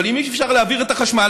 אבל אם אי-אפשר להעביר את החשמל,